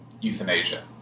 euthanasia